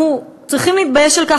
אנחנו צריכים להתבייש על כך.